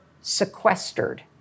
sequestered